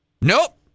Nope